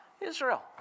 Israel